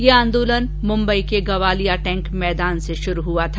यह आंदोलन मुंबई के गवालिया टैंक मैदान से शुरू हुआ था